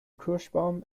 kirschbaum